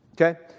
okay